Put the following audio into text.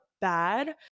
bad